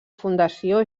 fundació